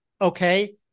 Okay